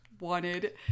wanted